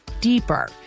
deeper